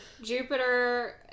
jupiter